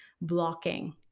blocking